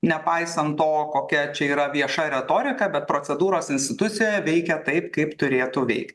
nepaisant to kokia čia yra vieša retorika kad procedūros institucija veikia taip kaip turėtų veikti